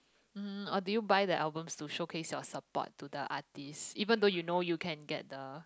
mmhmm or do you buy the albums to showcase your support to the artist even though you know you can get the